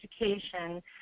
education